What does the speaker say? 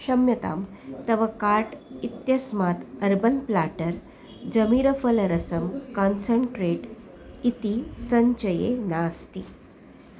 क्षम्यतां तव कार्ट् इत्यस्मात् अर्बन् प्लाटर् जम्भीरफलरसं कान्सन्ट्रेट् इति सञ्चये नास्ति